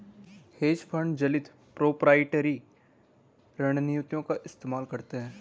hedge fund जटिल proprietary रणनीतियों का इस्तेमाल करते हैं